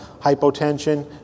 hypotension